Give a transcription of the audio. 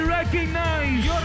recognize